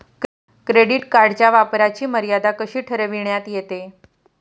Credit कार्डच्या वापराची मर्यादा कशी ठरविण्यात येते?